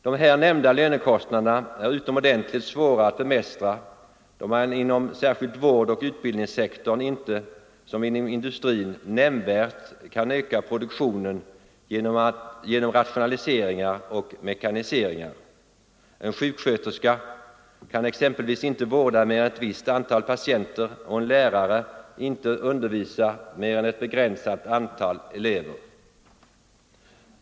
De här nämnda lönekostnaderna är utomordentligt svåra att bemästra då man inom vårdoch utbildningssektorn inte, som inom industrin, nämnvärt kan öka produktionen genom rationaliseringar och mekaniseringar. En sjuksköterska kan exempelvis inte vårda mer än ett visst antal patienter och en lärare inte undervisa mer än ett begränsat antal elever.